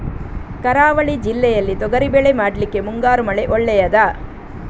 ಕರಾವಳಿ ಜಿಲ್ಲೆಯಲ್ಲಿ ತೊಗರಿಬೇಳೆ ಮಾಡ್ಲಿಕ್ಕೆ ಮುಂಗಾರು ಮಳೆ ಒಳ್ಳೆಯದ?